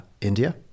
India